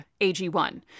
AG1